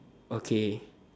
okay